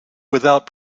without